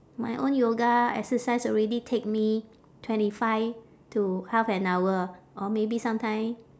my own yoga exercise already take me twenty five to half an hour or maybe sometime